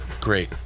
great